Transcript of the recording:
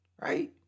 right